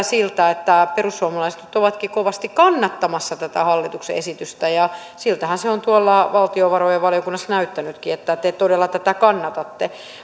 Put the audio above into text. siltä että perussuomalaiset nyt ovatkin kovasti kannattamassa tätä hallituksen esitystä ja siltähän se on tuolla valtiovarainvaliokunnassa näyttänytkin että te todella tätä kannatatte